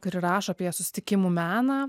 kuri rašo apie susitikimų meną